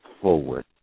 forward